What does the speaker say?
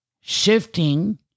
shifting